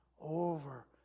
over